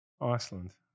Iceland